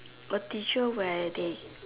got teacher where they